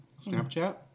Snapchat